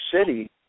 city